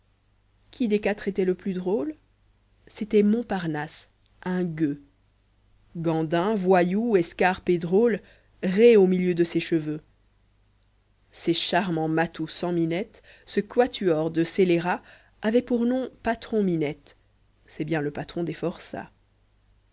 qui des quatre était le plus drôle c'était montparnasse un gueux gandin yoyou escarpe et drôle raie au milieu de ses cheveux ces charmants matous sans minette ce quatuor de scélérats avaient pour nom patron-minette c'est bien le patron des forçats